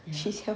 she's here